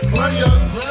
Players